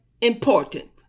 important